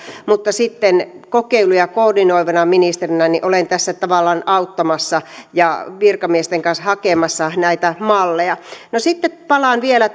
mutta sitten kokeiluja koordinoivana ministerinä olen tässä tavallaan auttamassa ja virkamiesten kanssa hakemassa näitä malleja sitten palaan vielä